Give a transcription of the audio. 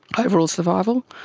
overall survival,